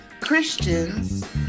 Christians